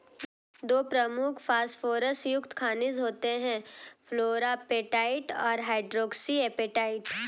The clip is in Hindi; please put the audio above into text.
दो प्रमुख फॉस्फोरस युक्त खनिज होते हैं, फ्लोरापेटाइट और हाइड्रोक्सी एपेटाइट